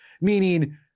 meaning